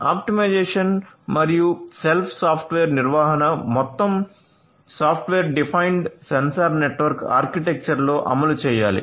optimisation మరియు self software నిర్వహణ మొత్తం సాఫ్ట్వేర్ డిఫైన్డ్ సెన్సార్ నెట్వర్క్ ఆర్కిటెక్చర్లో అమలు చేయాలి